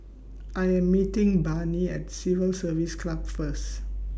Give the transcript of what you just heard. I Am meeting Barney At Civil Service Club First